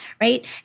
right